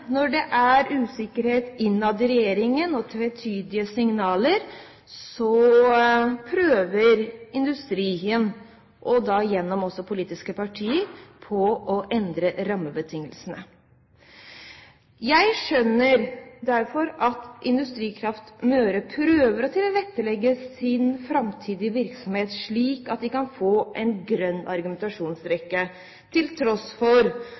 når det er usikkerhet innad i regjeringen og tvetydige signaler, prøver industrien, gjennom politiske partier, å endre rammebetingelsene. Jeg skjønner derfor at Industrikraft Møre prøver å tilrettelegge sin framtidige virksomhet slik at de kan få en grønn argumentasjonsrekke, til tross for